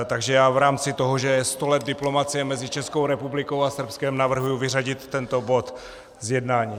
Takže já v rámci toho, že je sto let diplomacie mezi Českou republikou a Srbskem, navrhuji vyřadit tento bod z jednání.